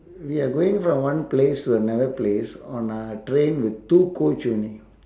ya going from one place to another place on a train with two cold chutney